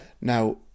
Now